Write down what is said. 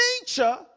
nature